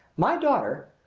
my daughter,